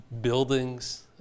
buildings